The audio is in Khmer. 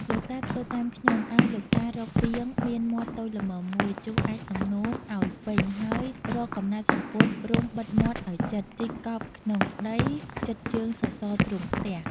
លោកតាធ្វើតាមខ្ញុំ ឱ្យលោកតារកពាងមានមាត់តូចល្មមមួយ ជុះអាចម៍និងនោម ឱ្យពេញហើយរកកំណាត់សំពត់រុំបិទមាត់ឱ្យជិត ជីកកប់ក្នុងដីជិតជើងសសរទ្រូងផ្ទះ។